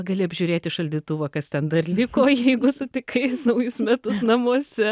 gali apžiūrėti šaldytuvą kas ten dar liko jeigu sutikai naujus metus namuose